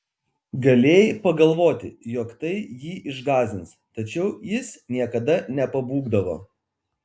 galėjai pagalvoti jog tai jį išgąsdins tačiau jis niekada nepabūgdavo